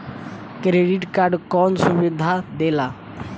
Credit card कौन सुबिधा देला?